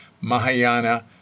Mahayana